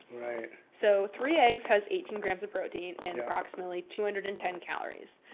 so three eggs has eighteen grams of protein and approximately two hundred and ten calories.